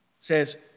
says